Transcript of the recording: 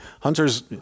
Hunters